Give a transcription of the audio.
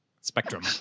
Spectrum